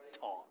talk